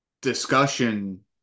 discussion